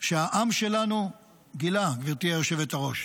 שהעם שלנו גילה, גברתי היושבת-ראש,